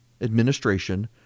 administration